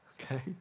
Okay